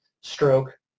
stroke